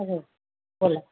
hello बोला